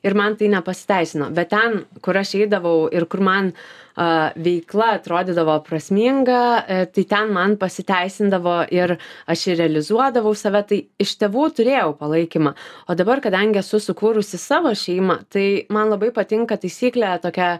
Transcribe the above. ir man tai nepasiteisino bet ten kur aš eidavau ir kur man a veikla atrodydavo prasminga tai ten man pasiteisindavo ir aš realizuodavau save tai iš tėvų turėjau palaikymą o dabar kadangi esu sukūrusi savo šeimą tai man labai patinka taisyklė tokia